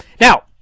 Now